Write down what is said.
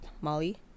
Molly